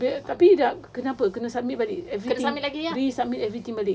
tapi tapi kena apa kena submit balik everything resubmit everything balik